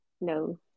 no